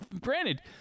granted